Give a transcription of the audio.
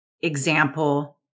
example